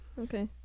Okay